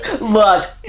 look